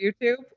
YouTube